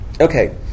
Okay